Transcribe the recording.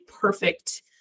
perfect